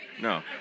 No